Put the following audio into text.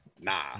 Nah